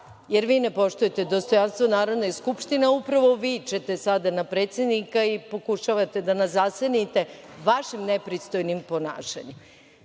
tome. Vi ne poštujete dostojanstvo Narodne skupštine, upravo vičete sada na predsednika i pokušavate da nas zasenite vašim nepristojnim ponašanjem. Dakle,